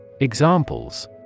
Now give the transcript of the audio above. Examples